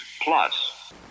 plus